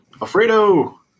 Alfredo